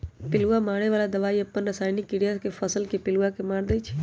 पिलुआ मारे बला दवाई अप्पन रसायनिक क्रिया से फसल के पिलुआ के मार देइ छइ